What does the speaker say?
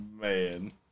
Man